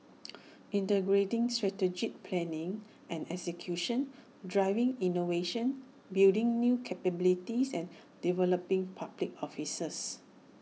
integrating strategic planning and execution driving innovation building new capabilities and developing public officers